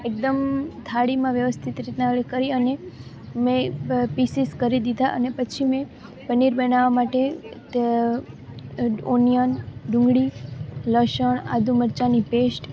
એકદમ થાળીમાં વ્યવસ્થિત રીતનાં કરી અને મેં પીસીસ કરી દીધા અને પછી મેં પનીર બનાવવાં માટે તે ઓનિયન ડુંગળી લસણ આદુ મરચાંની પેશ્ટ